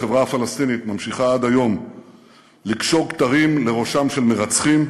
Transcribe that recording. החברה הפלסטינית ממשיכה עד היום לקשור כתרים לראשם של מרצחים.